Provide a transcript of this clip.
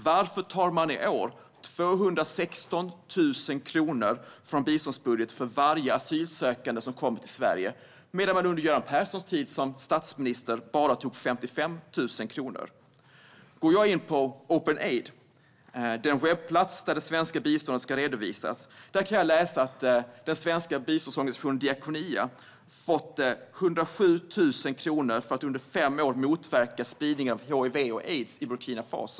Varför tar man i år 216 000 kronor från biståndsbudgeten för varje asylsökande som kommer till Sverige, medan man under Göran Perssons tid som statsminister bara tog 55 000 kronor? Går jag in på Openaid, den webbplats där det svenska biståndet ska redovisas, kan jag läsa att den svenska biståndsorganisationen Diakonia har fått 107 000 kronor för att under fem år motverka spridningen av hiv/aids i Burkina Faso.